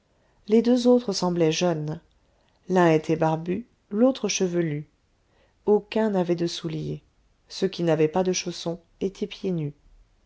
les deux autres semblaient jeunes l'un était barbu l'autre chevelu aucun n'avait de souliers ceux qui n'avaient pas de chaussons étaient pieds nus